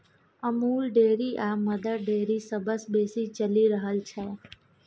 Amul dairy आ Mother Dairy सबसँ बेसी चलि रहल छै